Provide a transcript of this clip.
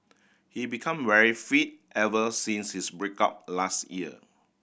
he become very fit ever since his break up last year